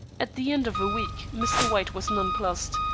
at the end of a week mr. white was nonplussed,